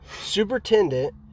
Superintendent